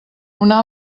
una